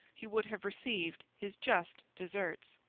he would have received his just deserts.